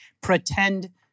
pretend